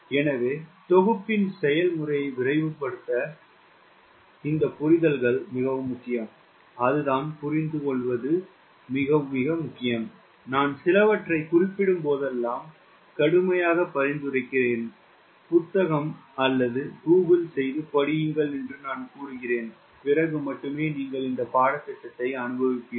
எனவே தொகுப்பின் செயல்முறையை விரைவுபடுத்த இந்த புரிதல்கள் முக்கியம் அதுதான் புரிந்துகொள்வது மிகவும் முக்கியமானது நான் சிலவற்றைக் குறிப்பிடும்போதெல்லாம் நான் கடுமையாக பரிந்துரைக்கிறேன் புத்தகம் அல்லது கூகிள் செய்து படியுங்கள் என்று நான் கூறுகிறேன் பிறகு மட்டுமே நீங்கள் இந்த பாடத்திட்டத்தை அனுபவிப்பீர்கள்